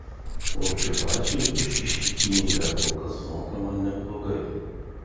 o čiubaisui už ištikimybę kol kas mokama neblogai